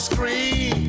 Scream